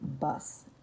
bus